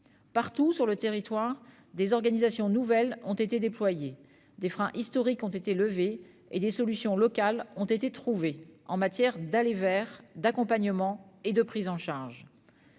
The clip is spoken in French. Partout sur le territoire, des organisations nouvelles ont été déployées, des freins historiques ont été levés et des solutions locales ont été trouvées, en matière d'aller vers, d'accompagnement et de prise en charge.